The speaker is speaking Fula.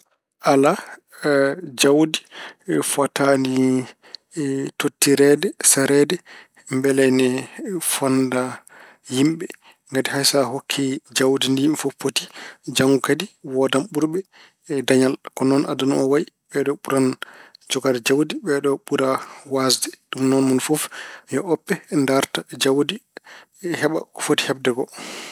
Alaa, jawdi fotaani tottireede, sareede mbele ne fonnda yimɓe. Ngati hayso a hokkii jawdi ndi yimɓe fof poti, janngo kadi woodan ɓurɓe dañal. Ko noon aduna o wayi, ɓeeɗoo ɓuran jogaade jawdi, ɓeeɗoo ɓura waasde. Ɗum noon mone fof yo oppe ndaarta jawdi, heɓa ko foti heɓde ko.